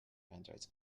androids